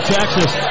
Texas